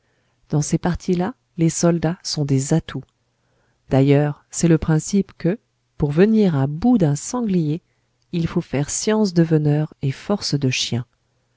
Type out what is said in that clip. dans ces parties là les soldats sont des atouts d'ailleurs c'est le principe que pour venir à bout d'un sanglier il faut faire science de veneur et force de chiens